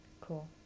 Cool